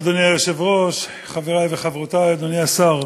אדוני היושב-ראש, חברי וחברותי, אדוני השר,